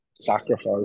sacrifice